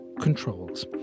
controls